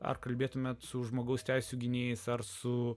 ar kalbėtumėte su žmogaus teisių gynėjais ar su